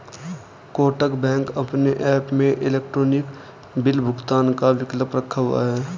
Kotak bank अपने app में electronic bill भुगतान का विकल्प रखा हुआ है